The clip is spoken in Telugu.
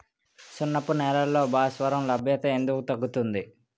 సున్నపు నేలల్లో భాస్వరం లభ్యత ఎందుకు తగ్గుతుంది?